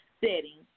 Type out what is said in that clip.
setting